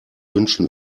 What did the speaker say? wünschen